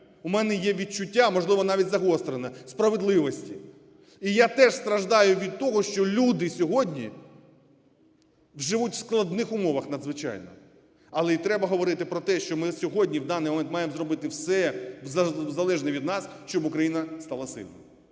у мене є відчуття, а можливо навіть загострене, справедливості. І я теж страждаю від того, що люди сьогодні живуть в складних умовах надзвичайно. Але й треба говорити про те, що ми сьогодні, в даний момент, маємо зробити все залежне від нас, щоб Україна стала сильною.